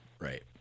right